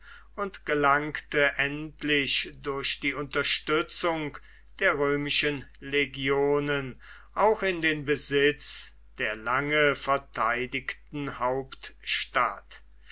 und gelangte endlich durch die unterstützung der römischen legionen auch in den besitz der lange verteidigten hauptstadt